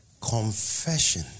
confession